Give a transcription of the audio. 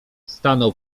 stanął